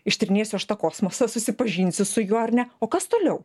ištyrinėsiu aš tą kosmosą susipažinsiu su juo ar ne o kas toliau